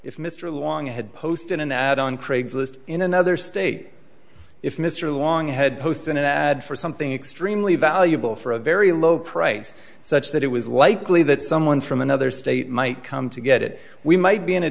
if mr along had posted an ad on craigslist in another state if mr long had posted an ad for something extremely valuable for a very low price such that it was likely that someone from another state might come to get it we might be in a